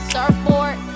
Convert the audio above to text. Surfboard